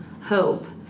hope